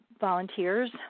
volunteers